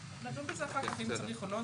נדון בזה אחר כך אם צריך או לא,